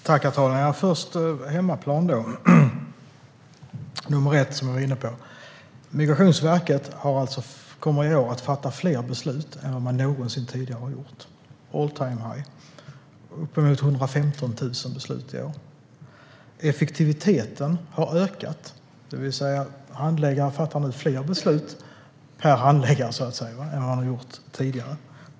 Herr talman! Här på hemmaplan kommer alltså Migrationsverket i år att fatta fler beslut än vad man någonsin tidigare har gjort, uppemot 115 000 beslut i år - all time high. Effektiviteten och produktiviteten har ökat, det vill säga det fattas fler beslut per handläggare än tidigare.